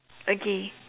okay